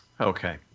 Okay